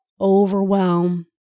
overwhelm